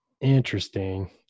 Interesting